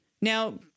Now